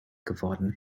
geworden